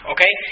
Okay